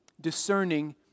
discerning